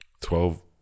Twelve